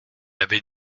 avait